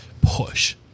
push